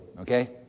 Okay